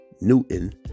Newton